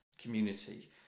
community